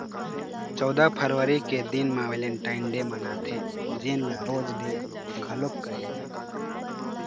चउदा फरवरी के दिन म वेलेंटाइन डे मनाथे जेन ल रोज डे घलोक कहे जाथे